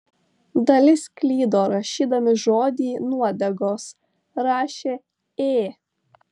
dalis klydo rašydami žodį nuodegos rašė ė